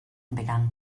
began